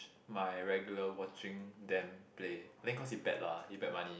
my regular watching them play then cause he bet lah he bet money